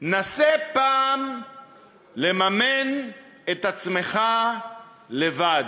נסה פעם לממן את עצמך לבד.